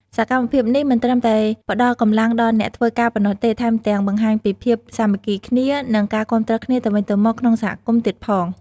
សកម្មភាពនេះមិនត្រឹមតែផ្តល់កម្លាំងដល់អ្នកធ្វើការប៉ុណ្ណោះទេ ថែមទាំងបង្ហាញពីភាពសាមគ្គីគ្នា និងការគាំទ្រគ្នាទៅវិញទៅមកក្នុងសហគមន៍ទៀតផង។